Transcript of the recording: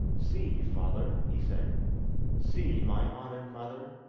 see, father he said see, my honoured mother,